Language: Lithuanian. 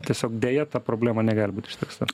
tiesiog deja ta problema negali būt išspręsta